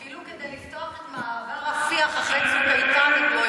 אפילו כדי לפתוח את מעבר רפיח אחרי "צוק איתן" הם לא,